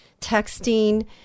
texting